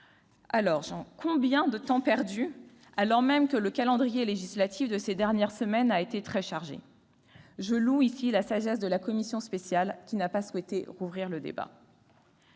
lauréats. Que de temps perdu, alors même que le calendrier législatif de ces dernières semaines a été très chargé ! Je loue ici la sagesse de la commission spéciale, qui n'a pas souhaité rouvrir le débat.